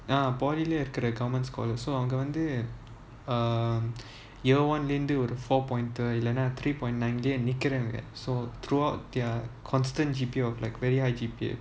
ah poly இருக்குற:irukura government scholars so அங்கவந்து:avanga vanthu uh year one இருந்து:irunthu four pointer இல்லனா:illana three point நிக்குறாங்க:nikkuranga so throughout their constant G_P_A of like very high G_P_A